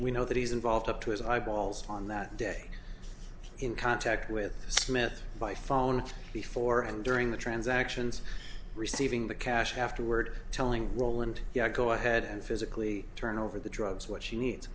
we know that he's involved up to his eyeballs on that day in contact with smith by phone before and during the transactions receiving the cash afterward telling roland yeah go ahead and physically turn over the drugs what she needs